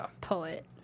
poet